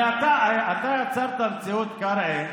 אתה יצרת מציאות, קרעי,